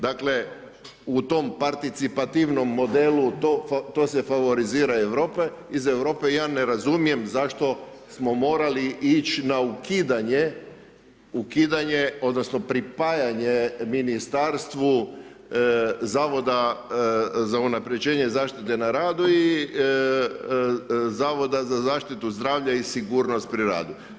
Dakle, u tom participativnom modelu to se favorizira iz Europe i ja ne razumijem zašto smo morali ići na ukidanje odnosno pripajanje Ministarstvu Zavoda za unapređenje zaštite na radu i Zavoda za zaštitu zdravlja i sigurnost na radu.